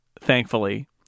thankfully